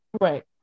Right